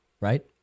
right